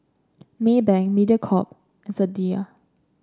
Maybank Mediacorp and Sadia